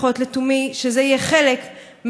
שזה יהיה חלק מהתשובה שלך,